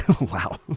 Wow